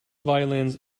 violins